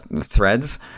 threads